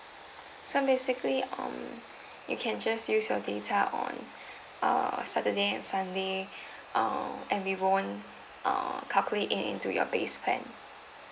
so basically um you can just use your data on err saturday and sunday err and we won't err calculate it into your base plan